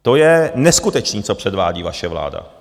To je neskutečné, co předvádí vaše vláda!